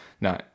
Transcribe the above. no